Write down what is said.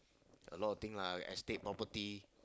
a lot of thing lah got estate property